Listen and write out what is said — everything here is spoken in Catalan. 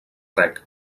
reg